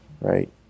Right